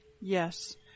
Yes